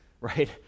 Right